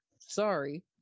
sorry